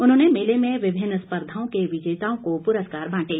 उन्होंने मेले में विभिन्न स्पर्धाओं के विजेताओं को पुरस्कार बांटे